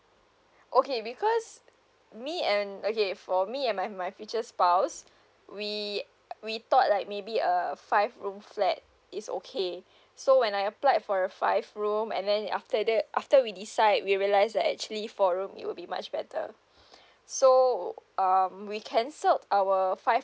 okay because me and okay for me and my my future spouse we we thought like maybe a five room flat is okay so when I applied for a five room and then after that after we decide we realised that actually four room it will be much better so um we cancelled our five